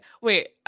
wait